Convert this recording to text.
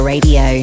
Radio